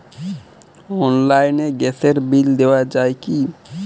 অনলাইনে গ্যাসের বিল দেওয়া যায় কি?